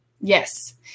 Yes